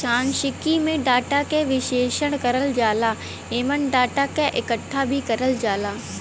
सांख्यिकी में डाटा क विश्लेषण करल जाला एमन डाटा क इकठ्ठा भी करल जाला